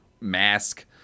mask